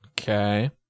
okay